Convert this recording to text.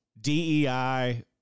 DEI